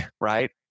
right